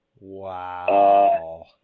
wow